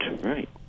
right